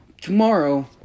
tomorrow